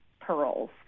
Pearls